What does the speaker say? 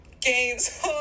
games